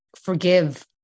forgive